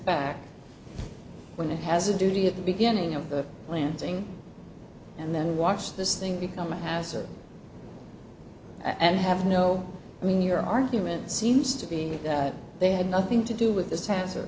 back when it has a duty at the beginning of the planting and then watch this thing become a hazard and have no i mean your argument seems to be that they had nothing to do with this han